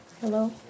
Hello